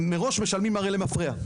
הם מראש משלמים הרי, למפרע.